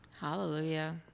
Hallelujah